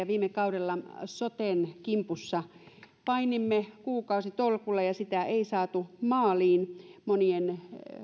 viime kaudella painimme soten kimpussa kuukausitolkulla ja sitä ei saatu maaliin esityksen monien